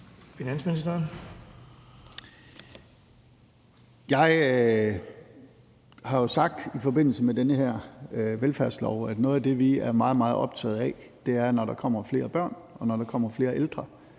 Jeg har jo sagt i forbindelse med den her velfærdslov, at noget af det, vi er meget, meget optaget af, er, at vi, når der kommer flere børn, og når der